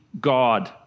God